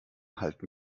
halten